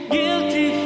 Guilty